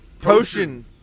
Potion